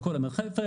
את כל עמק חפר,